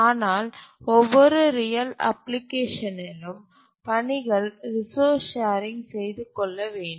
ஆனால் ஒவ்வொரு ரியல் அப்ளிகேஷனிலும் பணிகள் ரிசோர்ஸ் ஷேரிங் செய்து கொள்ள வேண்டும்